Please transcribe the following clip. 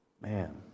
Man